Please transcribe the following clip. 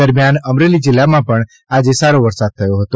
દરમ્યાન અમરેલી જિલ્લામાં પણ આજે સારો વરસાદ થયો છે